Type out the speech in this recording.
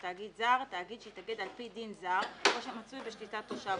"תאגיד זר" תאגיד שהתאגד על פי דין זר או שמצוי בשליטת תושב